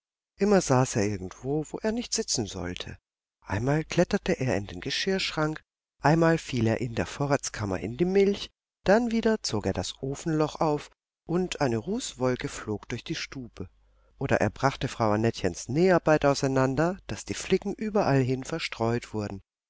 immer saß er irgendwo wo er nicht sitzen sollte einmal kletterte er in den geschirrschrank einmal fiel er in der vorratskammer in die milch dann wieder zog er das ofenloch auf und eine rußwolke flog durch die stube oder er brachte frau annettchens näharbeit auseinander daß die flicken überallhin verstreut wurden